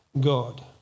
God